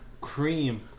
cream